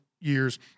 years